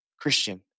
Christian